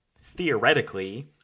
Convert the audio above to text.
theoretically